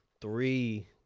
three